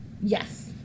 yes